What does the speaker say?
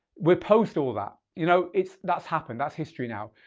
repost all that, you know it's that's happened, that's history now.